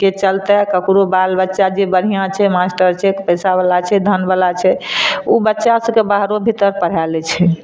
के चलते केकरो बाल बच्चा जे बढ़िआँ छै मास्टर छै पैसा बला छै धन बला छै ओ बच्चा सबके बाहरे भीतर पढ़ा लै छै